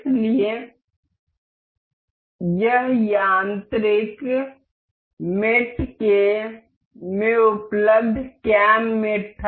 इसलिए यह यांत्रिक साथियों में उपलब्ध कैम मेट था